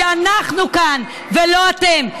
שאנחנו כאן ולא אתם.